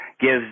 gives